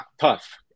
tough